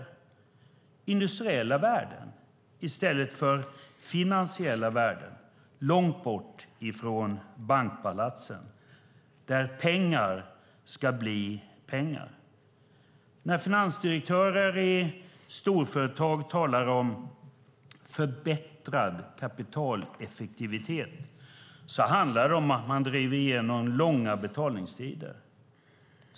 Det är industriella värden i stället för finansiella värden, långt bort från bankpalatsen där pengar ska bli pengar. När finansdirektörer i storföretag talar om förbättrad kapitaleffektivitet handlar det om att driva igenom långa betalningstider.